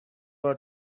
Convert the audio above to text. بار